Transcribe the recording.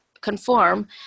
conform